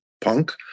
punk